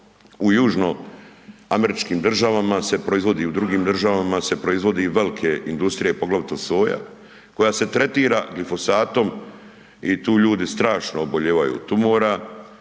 u južno američkim državama se proizvodi i u drugim državama se proizvodi, velike industrije poglavito soja koja se tretira glifosatom i tu ljudi strašno obolijevaju tumora